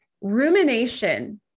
rumination